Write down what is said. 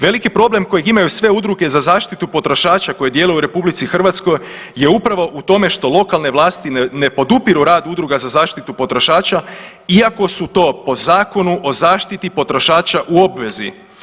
Veliki problem kojeg imaju sve udruge za zaštitu potrošača koje djeluju u RH je upravo u tome što lokalne vlasti ne podupiru rad udruga za zaštitu potrošača iako su to po Zakonu o zaštiti potrošača u obvezi.